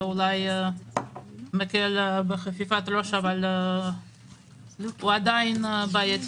זה אולי מקל בחפיפת ראש אבל הטווח עדיין בעייתי